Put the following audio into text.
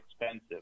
expensive